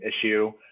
issue